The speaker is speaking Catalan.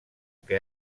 que